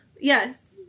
yes